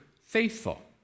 faithful